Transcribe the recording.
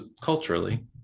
culturally